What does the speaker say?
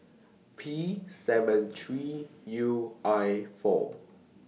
P seven three U I four